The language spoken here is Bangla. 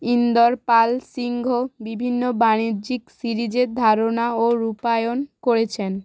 ইন্দর পাল সিংহ বিভিন্ন বাণিজ্যিক সিরিজের ধারণা ও রূপায়ণ করেছেন